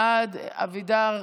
לוועדת החינוך,